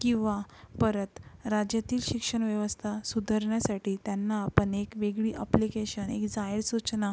किंवा परत राज्यातील शिक्षणव्यवस्था सुधारण्यासाठी त्यांना आपण एक वेगळी अप्लिकेशन एक जाहीर सूचना